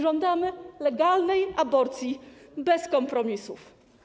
Żądamy legalnej aborcji bez kompromisów.